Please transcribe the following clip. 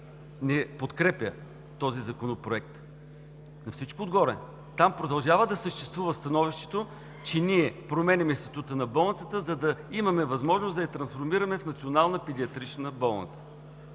не подкрепя този законопроект. На всичкото отгоре там продължава да съществува становището, че ние променяме статута на Болницата, за да имаме възможност да я трансформираме в национална педиатрична болница.